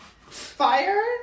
Fire